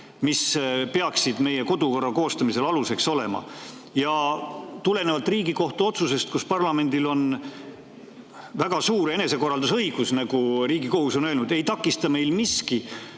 mis peaksid meie [päeva]korra koostamisel aluseks olema. Tulenevalt Riigikohtu otsusest, et parlamendil on väga suur enesekorraldusõigus – nagu Riigikohus on öelnud –, ei takista meil miski